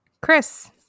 Chris